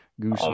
goose